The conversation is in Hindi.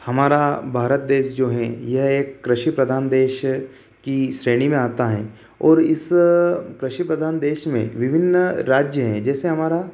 हमारा भारत देश जो है यह एक कृषि प्रधान देश की श्रेणी में आता है और इस कृषि प्रधान देश में विभिन राज्य हैं जैसे हमारा